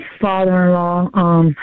father-in-law